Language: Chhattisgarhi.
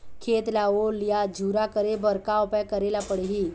खेत ला ओल या झुरा करे बर का उपाय करेला पड़ही?